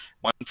one